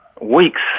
weeks